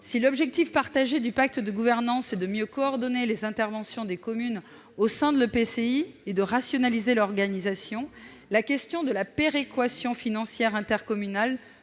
Si l'objectif partagé du pacte de gouvernance est de mieux coordonner les interventions des communes au sein de l'EPCI et de rationaliser l'organisation, la question de la péréquation financière intercommunale